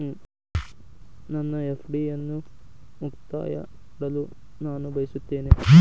ನನ್ನ ಎಫ್.ಡಿ ಅನ್ನು ಮುಕ್ತಾಯ ಮಾಡಲು ನಾನು ಬಯಸುತ್ತೇನೆ